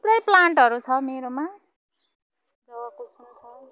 थुप्रै प्लान्टहरू छ मेरोमा जवाकुसुम छ